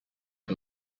who